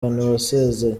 wasezeye